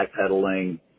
backpedaling